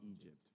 Egypt